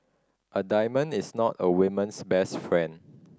a diamond is not a women's best friend